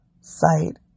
site